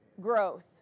growth